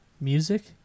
music